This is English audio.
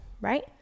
right